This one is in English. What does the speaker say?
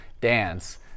dance